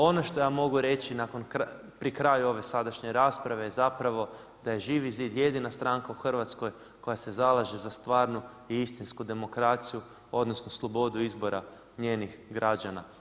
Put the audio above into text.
Ono što ja mogu reći nakon, pri kraju ove sadašnje rasprave je da je Živi zid jedina stranka u Hrvatskoj koja se zalaže za stvarnu i istinsku demokraciju odnosno slobodu izbora njenih građana.